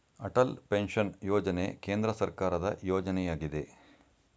Atal pension ಯೋಜನೆ ಕೇಂದ್ರ ಸರ್ಕಾರದ ಯೋಜನೆಯಗಿದೆ